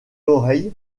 oreille